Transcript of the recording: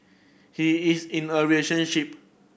he is in a relationship